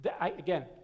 Again